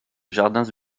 jardins